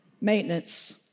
maintenance